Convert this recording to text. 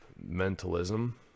mentalism